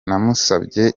namusabye